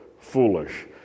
foolish